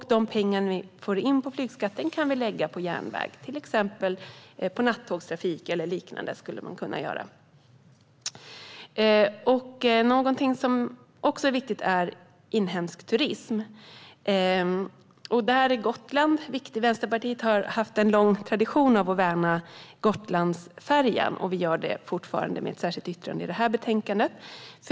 De pengar vi får in på flygskatten kan vi lägga på järnväg, till exempel på nattågstrafik eller liknande. Någonting annat som också är viktigt är inhemsk turism. Vänsterpartiet har en lång tradition av att värna Gotlandsfärjan, och det gör vi fortfarande, i det här betänkandet med ett särskilt yttrande.